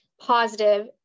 positive